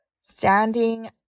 standing